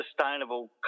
sustainable